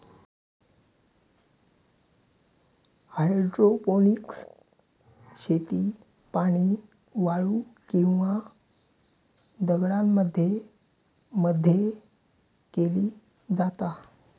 hydroponics शेती पाणी, वाळू किंवा दगडांमध्ये मध्ये केली जाता